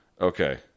Okay